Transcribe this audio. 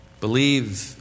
Believe